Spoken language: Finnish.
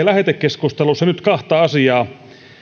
lähetekeskustelussa nyt kahta asiaa